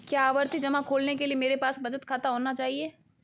क्या आवर्ती जमा खोलने के लिए मेरे पास बचत खाता होना चाहिए?